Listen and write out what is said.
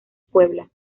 puebla